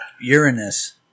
Uranus